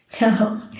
No